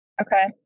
Okay